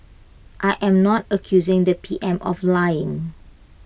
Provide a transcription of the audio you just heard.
I am not accusing the P M of lying